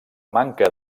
manca